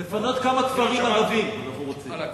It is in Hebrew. לפנות כמה כפרים ערביים אנחנו רוצים.